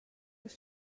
las